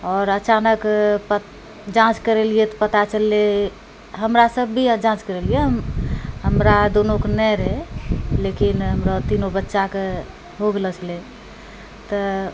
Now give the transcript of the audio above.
आओर अचानकपर जाँच करेलिए तऽ पता चललै हमरासब भी जाँच करेलिए हम हमरा दुनूके नहि रहै लेकिन हमरा तीनू बच्चाके हो गेलऽ छलै तऽ